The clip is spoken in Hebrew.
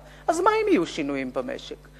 אז מה אם יהיו שינויים במשק,